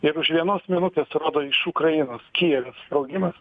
ir už vienos minutės rodo iš ukrainos kijeve sprogimas